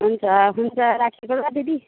हुन्छ हुन्छ राखेको ल दिदी